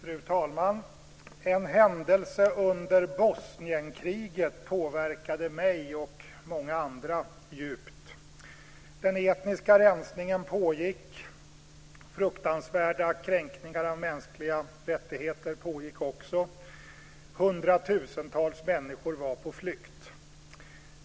Fru talman! En händelse under Bosnienkriget påverkade mig och många andra djupt. Den etniska rensningen pågick. Fruktansvärda kränkningar av mänskliga rättigheter pågick också. Hundratusentals människor var på flykt.